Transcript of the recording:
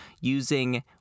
using